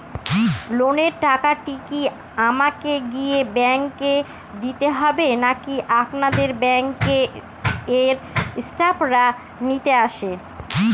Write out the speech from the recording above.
লোনের টাকাটি কি আমাকে গিয়ে ব্যাংক এ দিতে হবে নাকি আপনাদের ব্যাংক এর স্টাফরা নিতে আসে?